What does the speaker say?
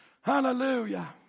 Hallelujah